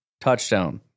touchdown